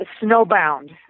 snowbound